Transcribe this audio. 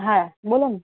હા બોલો ને